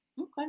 Okay